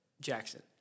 Jackson